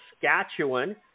Saskatchewan